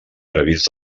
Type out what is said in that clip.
previst